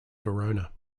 verona